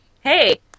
Hey